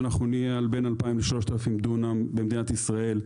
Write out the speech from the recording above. אנחנו נהיה על בין 2,000 ל-3,000 דונם של אגרו במדינת ישראל,